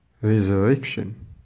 Resurrection